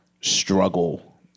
struggle